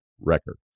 record